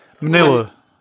Manila